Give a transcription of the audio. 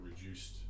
reduced